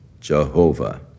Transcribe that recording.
Jehovah